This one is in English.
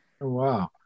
Wow